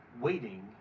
waiting